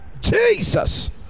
Jesus